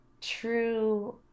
true